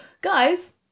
guys